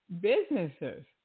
businesses